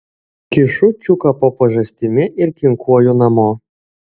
kišu čiuką po pažastimi ir kinkuoju namo